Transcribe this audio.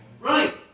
Right